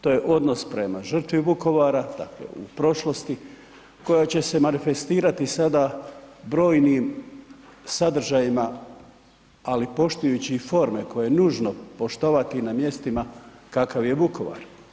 To je odnos prema žrtvi Vukovara, dakle u prošlosti koja će se manifestirati sada brojnim sadržajima, ali poštujući i forme koje je nužno poštovati na mjestima kakav je Vukovar.